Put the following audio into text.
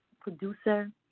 producer